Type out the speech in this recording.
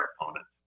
opponents